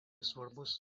svarbus